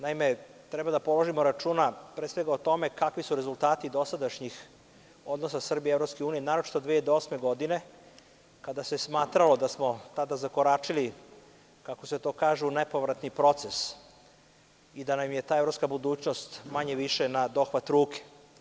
Naime, treba da povedemo računa pre svega o tome kakvi su rezultati dosadašnjih odnosa Srbije i EU naročito od 2008. godine, kada se smatralo da smo zakoračili, kako se to kaže, u nepovratni proces i da nam je ta evropska budućnost manje više na dohvat ruke.